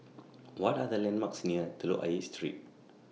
What Are The landmarks near Telok Ayer Street